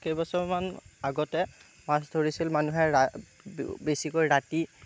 কেইবছৰমান আগতে মাছ ধৰিছিল মানুহে বেছিকৈ ৰাতি